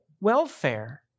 welfare